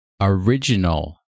original